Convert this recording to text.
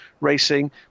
racing